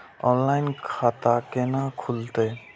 Online खाता केना खुलते?